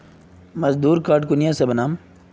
मजदूर कार्ड कुनियाँ से बनाम?